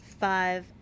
Five